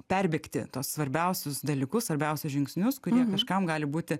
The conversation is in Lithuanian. perbėgti tuos svarbiausius dalykus svarbiausius žingsnius kurie kažkam gali būti